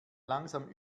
langsam